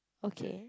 okay